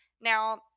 now